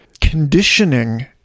conditioning